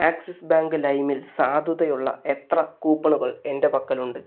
axis Bank ലൈമിൽ സാധുതയുള്ള എത്ര കൂപ്പണുകൾ എൻ്റെ പക്കലുണ്ട്